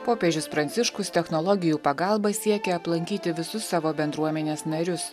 popiežius pranciškus technologijų pagalba siekia aplankyti visus savo bendruomenės narius